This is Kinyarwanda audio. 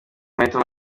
mahitamo